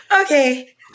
okay